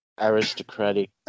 aristocratic